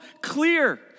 clear